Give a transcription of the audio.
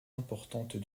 importantes